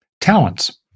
Talents